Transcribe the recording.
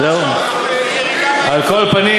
יש 20% ומשהו ירידה, על כל פנים,